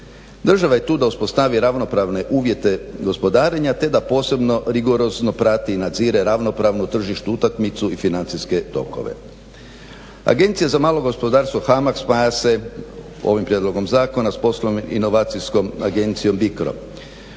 Država je tu da uspostavi ravnopravne uvjete gospodarenja te da posebno rigorozno prati i nadzire ravnopravnu tržišnu utakmicu i financijske tokove. Agencija za malo gospodarstvo HAMAG spaja se ovim prijedlogom zakona s posloinovacijskom agencijom BICRO.